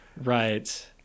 right